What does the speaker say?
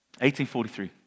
1843